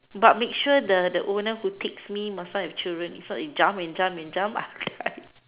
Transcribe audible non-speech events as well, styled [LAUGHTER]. but make sure the the owner who picks me must not have children if not they jump and jump and jump [LAUGHS]